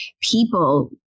people